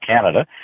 Canada